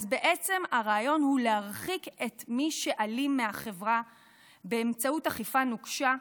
אז בעצם הרעיון הוא להרחיק מהחברה את מי שאלים באמצעות אכיפה נוקשה,